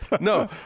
No